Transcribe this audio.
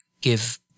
give